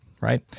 right